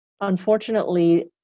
unfortunately